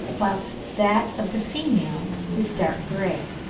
whilst that of the female is dark grey